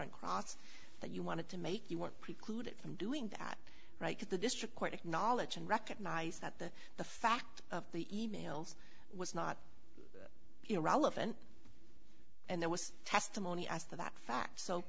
cross that you wanted to make you want precluded from doing that right at the district court acknowledge and recognize that the the fact of the e mails was not irrelevant and there was testimony as to that fact so